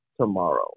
tomorrow